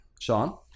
Sean